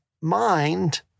mind